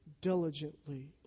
diligently